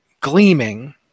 gleaming